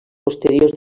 posteriors